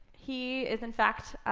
he is in fact